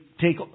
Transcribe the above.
take